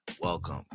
Welcome